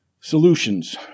Solutions